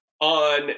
on